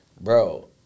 bro